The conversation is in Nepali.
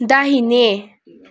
दाहिने